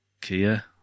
Kia